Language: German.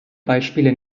beispiele